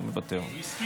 אתה מוותר.